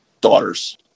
daughters